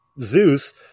Zeus